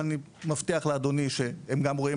אבל אני מבטיח לאדוני שהם גם רואים